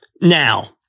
Now